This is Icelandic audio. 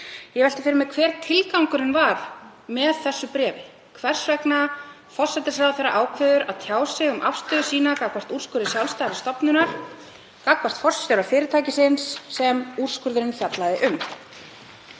Ég velti fyrir mér hver tilgangurinn var með þessu bréfi og hvers vegna forsætisráðherra ákveður að tjá sig um afstöðu sína gagnvart úrskurði sjálfstæðrar stofnunar við forstjóra fyrirtækisins sem úrskurðurinn fjallaði um.